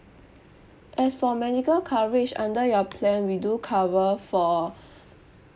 as for medical coverage under your plan we do cover for